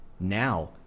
now